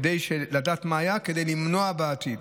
כדי לדעת מה היה, כדי למנוע בעתיד.